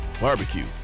barbecue